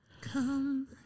Come